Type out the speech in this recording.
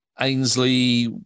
Ainsley